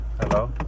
Hello